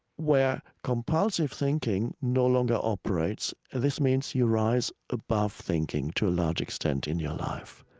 where compulsive thinking no longer operates. this means you rise above thinking to a large extent in your life,